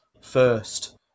first